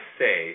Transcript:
say